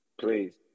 Please